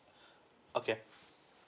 okay